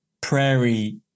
Prairie